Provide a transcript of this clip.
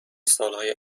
سالهای